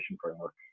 framework